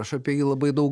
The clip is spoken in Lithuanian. aš apie jį labai daug